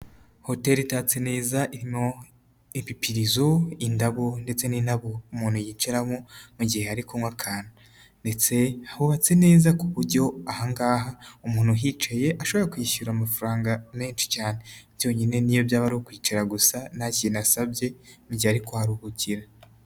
Hoteri itatse neza irimo ibipirizo, indabo ndetse n'inebe umuntu yicaramo mu gihe hari kunywa akantu ndetse hubatse neza ku buryo aha ngaha umuntu uhicaye ashobora kwishyura amafaranga menshi cyane byonyine niyo byaba ari ukwicara gusa nta kintu asabye mugihe ari kuharuhukira.